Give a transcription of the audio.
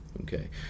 Okay